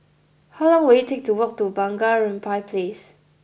how long will it take to walk to Bunga Rampai Place